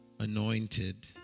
Anointed